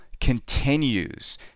continues